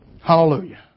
Hallelujah